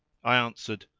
i answered,